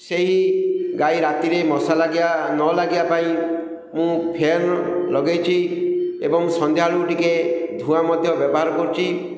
ସେହି ଗାଈ ରାତିରେ ମଶା ଲାଗିବା ନ ଲାଗିବା ପାଇଁ ମୁଁ ଫ୍ୟାନ୍ ଲଗାଇଛି ଏବଂ ସନ୍ଧ୍ୟାବେଳକୁ ଟିକେ ଧୂଆଁ ମଧ୍ୟ ବ୍ୟବହାର କରୁଛି